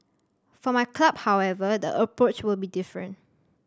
for my club however the approach will be different